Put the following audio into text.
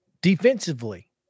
defensively